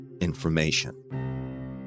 information